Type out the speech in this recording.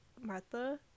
Martha